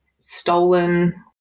stolen